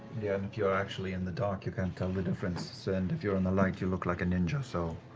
yeah, and if you are actually in the dark, you can't tell the difference, and if you're in the light you look like a ninja, so